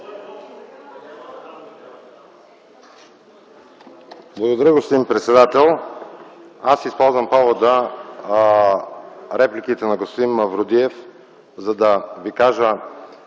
Благодаря, господин председател. Ще използвам репликите на господин Мавродиев, за да ви кажа